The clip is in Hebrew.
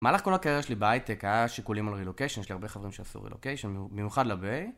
המהלך כל הקריירה שלי בהייטק היה שיקולים על רילוקיישן, יש לי הרבה חברים שעשו רילוקיישן, מיוחד לביי ( אזור המפרץ בסן פרנסיסקו).